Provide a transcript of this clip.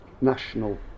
national